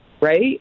right